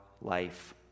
life